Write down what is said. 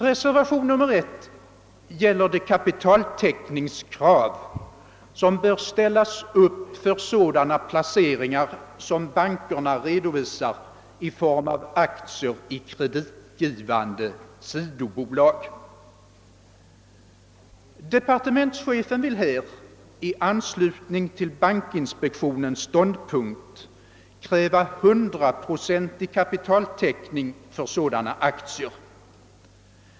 Reservation nr 1 gäller det kapitaltäckningskrav som bör ställas upp för sådana placeringar som bankerna redovisar i form av aktier i kreditgivande sidobolag. Departementschefen vill här i anslutning till bankinspektionens ståndpunkt kräva hundraprocentig kapitaltäckning för sådana aktier.